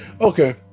Okay